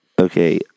Okay